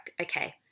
Okay